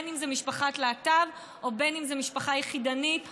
אם זו משפחת להט"ב ואם זו משפחה יחידנית,